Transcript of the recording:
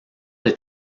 des